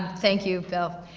thank you bill.